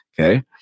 Okay